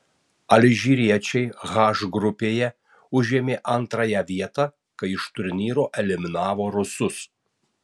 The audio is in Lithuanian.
alžyriečiai h grupėje užėmė antrąją vietą kai iš turnyro eliminavo rusus